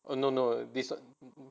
oh no no this one